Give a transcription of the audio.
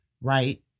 right